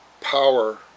power